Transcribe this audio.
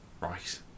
Right